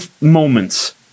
moments